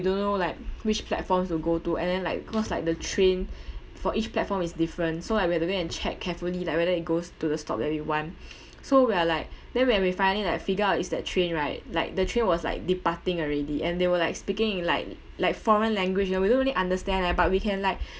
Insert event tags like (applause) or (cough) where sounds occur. don't know like which platforms to go to and then like cause like the train for each platform is different so like we have to go and check carefully like whether it goes to the stop that we want (noise) so we are like then when we finally like figure out is that train right like the train was like departing already and they were like speaking in like like foreign language you know we don't really understand leh but we can like